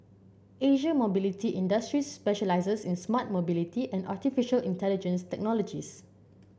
Asia Mobility Industries specialises in smart mobility and artificial intelligence technologies